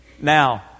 Now